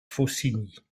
faucigny